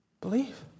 Believe